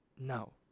No